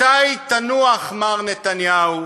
מתי תנוח, מר נתניהו?